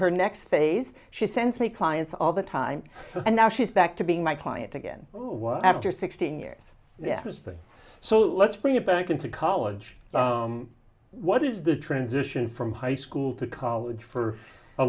her next phase she sends me clients all the time and now she's back to being my client again after sixteen years there has been so let's bring it back into college what is the transition from high school to college for a